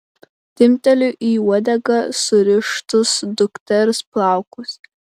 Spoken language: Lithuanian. timpteliu į uodegą surištus dukters plaukus